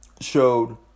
showed